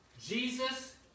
Jesus